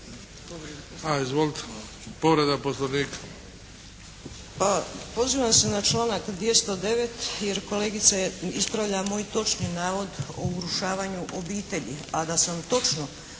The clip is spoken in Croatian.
**Lalić, Ljubica (HSS)** Pa pozivam se na članak 209. jer kolegica ispravlja moj točni navod o urušavanju obitelji.